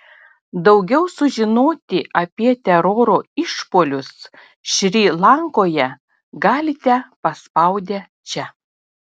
daugiau sužinoti apie teroro išpuolius šri lankoje galite paspaudę čia